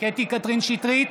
קטי קטרין שטרית,